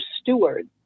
stewards